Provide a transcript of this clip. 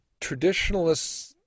traditionalists